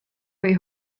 või